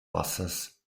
wassers